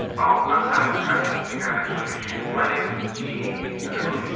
oh, hi. i didn't think i'd actually get you. my name is chidi anagonye,